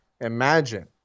imagine